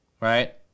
right